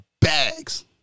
bags